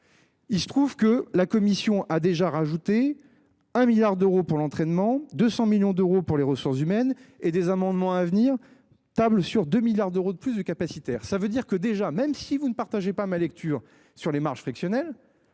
Il se trouve que la commission a déjà rajouté un milliard d'euros pour l'entraînement, 200 millions d'euros pour les ressources humaines et des amendements à venir tablent sur 2 milliards d'euros de plus du capacitaire, ça veut dire que déjà même si vous ne partagez pas ma lecture sur les marges frictionnel.